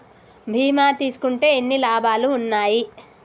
బీమా తీసుకుంటే ఎన్ని లాభాలు ఉన్నాయి?